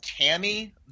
Tammy